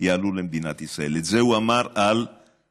יעלו למדינת ישראל?" את זה הוא אמר עלינו,